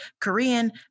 korean